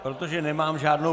Protože nemám žádnou...